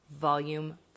Volume